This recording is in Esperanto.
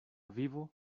vivo